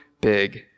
big